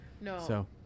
No